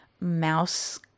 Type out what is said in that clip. mouse